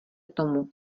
tomu